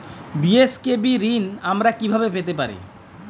BSKB ঋণ আমি কিভাবে পেতে পারি?